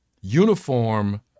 uniform